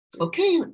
Okay